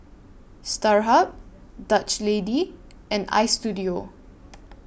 Starhub Dutch Lady and Istudio